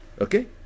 okay